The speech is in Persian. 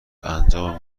انجام